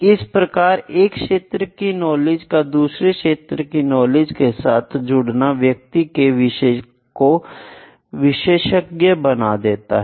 इस प्रकार एक क्षेत्र की नॉलेज का दूसरे क्षेत्र की नॉलेज के साथ जुड़ना व्यक्ति को विशेषज्ञ बना देता है